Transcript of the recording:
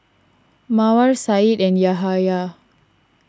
Mawar Syed and Yahaya